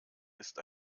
ist